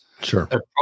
Sure